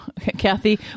Kathy